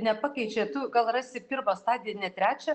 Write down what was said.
nepakeičia tu gal rasi pirmą stadiją ne trečią